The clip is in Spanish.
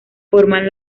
forman